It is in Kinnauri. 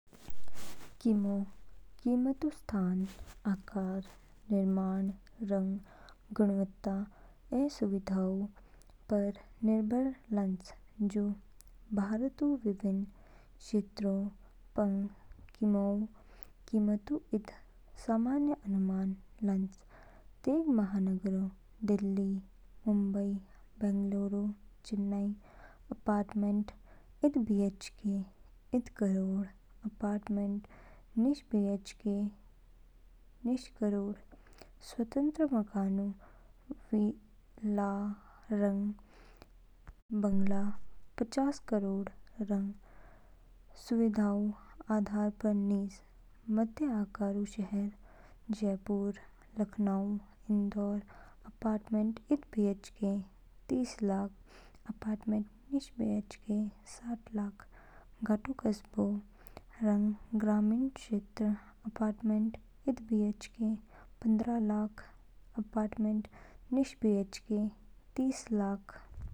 किमो कीमतें स्थान, आकार, निर्माण रंग गुणवत्ता, ऐ सुविधाओंऊ पर निर्भर लान्च। जू भारतऊ विभिन्न क्षेत्रों पंग किमोऊ कीमतों इद सामान्य अनुमान लान्च। तेग महानगरों दिल्ली, मुंबई, बेंगलुरु, चेन्नई। अपार्टमेंट इद बीएचके इदकरोड़। अपार्टमेंट निश बीएचके निश करोड़। स्वतंत्र मकानऊ विला रंग बंगला पचास करोड़ स्थान रंग सुविधाओंऊ आधार पर निज। मध्यम आकारऊ शहरों जयपुर, लखनऊ, इंदौर। अपार्टमेंट इद बीएचके तीसलाख। अपार्टमेंट निश बीएचके साठलाख। गाटो कस्बों रंग ग्रामीण क्षेत्रों। अपार्टमेंट इद बीएचके पन्द्रह लाख। अपार्टमेंट निश बीएचके तीस लाख। -